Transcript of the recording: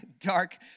dark